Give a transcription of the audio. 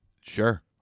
Sure